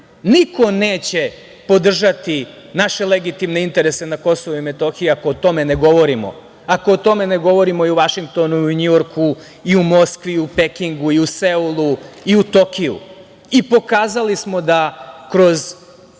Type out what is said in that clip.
veku. Niko neće podržati naše legitimne interese na Kosovu i Metohiji ako o tome ne govorimo, ako o tome ne govorimo i u Vašingtonu, Njujorku, Moskvi, Pekingu, Seulu i u Tokiju. Pokazali smo da kroz